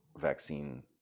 vaccine